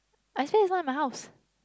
I say it's not in my house